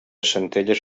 centelles